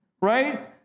Right